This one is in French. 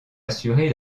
assuré